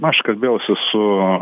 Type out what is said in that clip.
aš kalbėjausi su